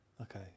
Okay